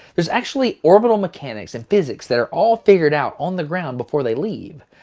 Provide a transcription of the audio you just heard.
there's actually orbital mechanics and physics that are all figured out on the ground before they leave.